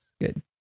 good